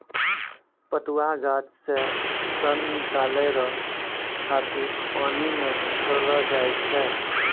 पटुआ गाछ से सन निकालै रो खातिर पानी मे छड़ैलो जाय छै